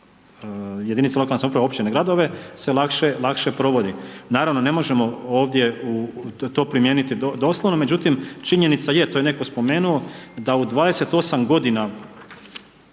jedinice lokalne samouprave, općine, gradove se lakše provodi. Naravno ne možemo ovdje to primijeniti doslovno međutim činjenica je, to je netko spomenuo, da u 28 g.